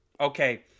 okay